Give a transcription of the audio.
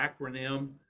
acronym